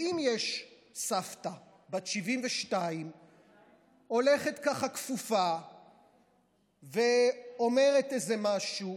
אם יש סבתא בת 72 שהולכת ככה כפופה ואומרת איזה משהו,